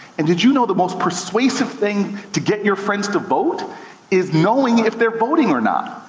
and did you know the most persuasive thing to get your friends to vote is knowing if they're voting or not.